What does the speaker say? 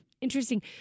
Interesting